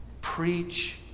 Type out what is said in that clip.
preach